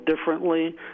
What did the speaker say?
differently